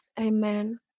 Amen